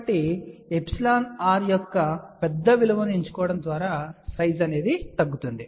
కాబట్టిεr యొక్క పెద్ద విలువను ఎంచుకోవడం ద్వారా సైజ్ తగ్గుతుంది